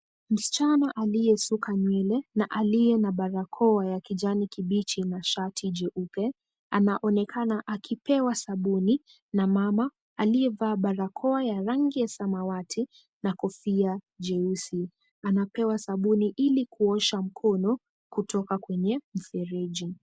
Msichana aliyesuka nywele na aliye na barakoa ya kijani kibichi na shati jeupe anaonekana akipewa sabuni na mama aliyevaa barakoa ya rangi ya samawati na kofia jeusi. Anapewa sabuni ili kuosha mkono kutoka kwenye mfereji.